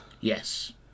Yes